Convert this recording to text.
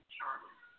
Charlie